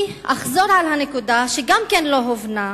אני אחזור על הנקודה מהנאום שלי שגם היא לא הובנה,